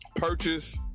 purchase